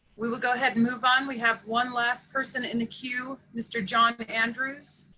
we will go ahead move on. we have one last person in the queue, mr. john andrews.